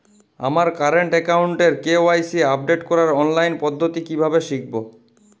আমার কারেন্ট অ্যাকাউন্টের KYC update করার অনলাইন পদ্ধতি কীভাবে শিখব?